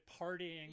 partying